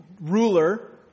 ruler